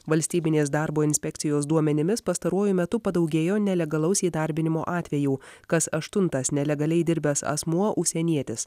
valstybinės darbo inspekcijos duomenimis pastaruoju metu padaugėjo nelegalaus įdarbinimo atvejų kas aštuntas nelegaliai dirbęs asmuo užsienietis